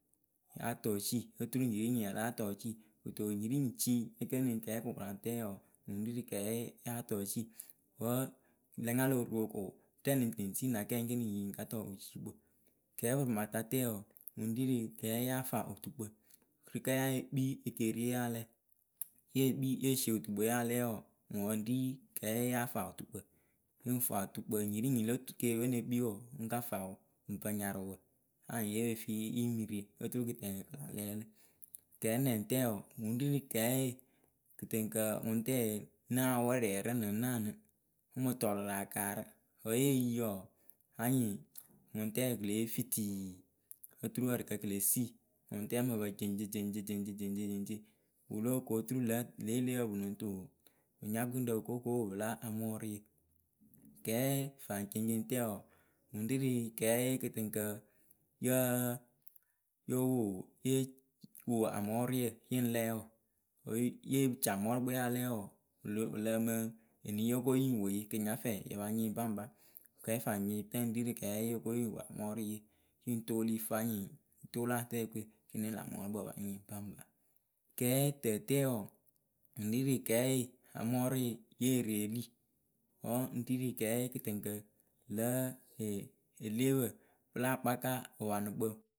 yáa tɔ eci, oturu nyi ri ŋ nyi ya láa tɔ cii. kɨto nyi ri ŋ nyi cii ekeniŋ kɛɛkʊraŋtǝǝ wɔɔ, ŋwɨ ŋ rii rɨ kɛɛ yáa tɔ cii wǝ́ la nya lo ro ko rɛ nɨŋ tɨ ŋ tii na kɛɛ ekiniŋ ŋ yi ŋ ka tɔ wɨciikpǝ. Kɛɛpɨrɩmatatǝǝ wɔɔ, ŋwɨ ŋ rii rɨ kɛɛ yáa fa wɨtukpǝ. Rɨ kǝ́ ya ye kpii ekeeriye ya alɛɛ ye kpii ye sie wɨtukpɨwe ya lɛɛ wɔɔ, ŋwɨ ŋ rii kɛɛye yáa fa wɨtukpǝ. ŋ fa wɨtukpǝ, nyi ri nyi lo tu keeriwe ŋ ne kpii wɔɔ ŋ ka fa wʊ ŋ pǝ nyarɨwǝ. Anyɩŋ ye fii yɨ ŋ mi ri, oturu kɨtɛŋkǝ kɨ la lɛɛ lǝ. kɛɛnɛŋtǝǝ wɔɔ ŋwɨ ŋ rii rɨ kɛɛye kɨtɨŋkǝ ŋʊŋtɛɛ náa wɛrɛɛ rɨ nɨŋ naanɨ. ŋ mɨ tɔɔlʊ rɨ akaa rɨ. Vǝ́ ye yi wɔɔ anyɩŋ ŋʊŋtɛɛ kɨ le yee fitiii oturu ǝrɨkǝ kɨ le sii, ŋʊŋtɛɛ ŋ mɨ pǝ jeŋce jeŋce jeŋce jeŋceŋ, jeŋce, wɨ lóo ku oturu lǝ̌ lě eleepǝ pɨ lɨŋ tɨ pɨ nya gʊŋrǝ pɨ ko pɨ ko wo pɨla amɔɔrɩyǝ. Kɛɛfaŋceŋceŋtǝǝ wɔɔ ŋwɨ ŋ rii rɨ kɛɛye kɨtɨŋkǝ yǝ́ǝ yóo wo, yée, wo amɔɔrɩyǝ yɨ ŋ lɛɛ wǝ. Wǝ́ yɨ ye caŋ mɔɔrʊkpɨe ya lɛɛ wɔɔ, wɨ lo, wɨ lǝǝmɨ enii yóo ko yɨ ŋ wo yɨ kɨ yɨ nya fɛɛ yɨ pa nyɩŋ baŋba, kɛɛfaŋceŋceŋtǝǝ ŋ rii rɨ kɛɛyóo ko yɨ ŋ wo amɔɔrɩye. Yɨ ŋ toolii fanyɩŋ yɨ ŋ toolu atɛɛkɨwe kini lǎ mɔɔrʊkpǝ wɨ pa nyɩŋ baŋba. Kɛɛtǝtǝǝ wɔɔ ŋwɨ ŋ rii rɨ kɛɛye amɔɔrɩɩ yée reeli Wǝ́ ŋ rii rɨ kɛɛye kɨtɨŋkǝ lǝ̌ ee eleepǝ pɨ láa kpaka wɨpanɨkpǝ